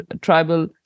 tribal